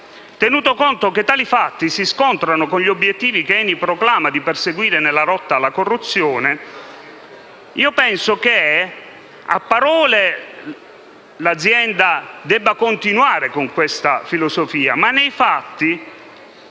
tenuto conto che tali fatti si scontrano con gli obiettivi che ENI proclama di perseguire nella lotta alla corruzione, io penso che, a parole, l'azienda debba continuare con questa filosofia, ma nei fatti